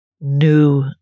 new